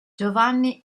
giovanni